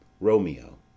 Romeo